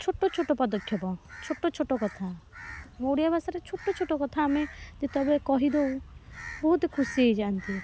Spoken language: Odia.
ଛୋଟଛୋଟ ପଦକ୍ଷେପ ଛୋଟଛୋଟ କଥା ମୋ ଓଡ଼ିଆ ଭାଷାରେ ଛୋଟ ଛୋଟ କଥା ଆମେ ଯେତେବେଳେ କହିଦେଉ ବହୁତ ଖୁସି ହେଇଯାଆନ୍ତି